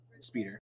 speeder